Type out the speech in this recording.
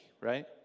right